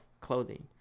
clothing